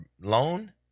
loan